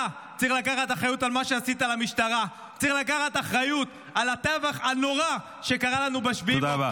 אתה, צריך לקחת אחריות על מה שעשית למשטרה.